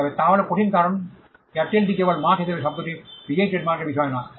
তবে তা হল কঠিন কারণ এয়ারটেলটি কেবল মার্ক হিসাবে শব্দটি নিজেই ট্রেডমার্কের বিষয় নয়